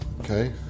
Okay